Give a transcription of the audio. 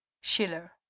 Schiller